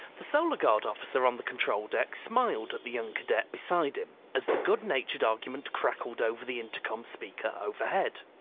the solar guard officer on the control deck smiled at the young cadet beside him as the good-natured argument crackled over the intercom speaker overhead.